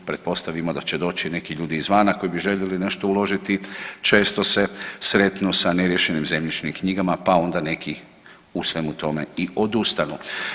Pretpostavimo da će doći neki ljudi izvana koji bi željeli nešto uložiti, često se sretnu sa neriješenim zemljišnim knjigama, pa onda neki u svemu tome i odustanu.